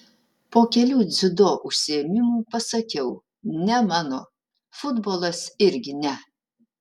po kelių dziudo užsiėmimų pasakiau ne mano futbolas irgi ne